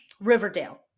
Riverdale